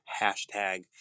hashtag